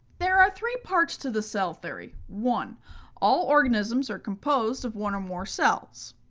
there are three parts to the cell theory. one all organisms are composed of one or more cells.